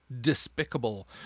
despicable